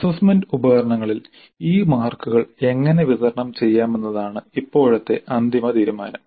assessment ഉപകരണങ്ങളിൽ ഈ മാർക്കുകൾ എങ്ങനെ വിതരണം ചെയ്യാമെന്നതാണ് ഇപ്പോഴത്തെ അന്തിമ തീരുമാനം